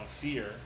fear